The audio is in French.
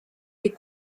les